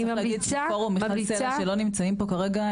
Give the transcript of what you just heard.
צריך להגיד שיש את פורום מיכל סלה שלא נמצאים פה כרגע.